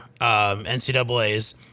NCAAs